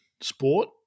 sport